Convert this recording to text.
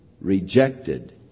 rejected